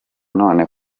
none